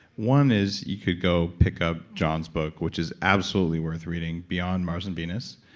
one is, you can go pick up john's book, which is absolutely worth reading. beyond mars and venus.